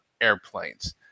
airplanes